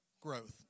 growth